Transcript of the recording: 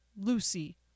Lucy